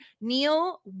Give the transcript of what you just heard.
Neil